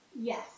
Yes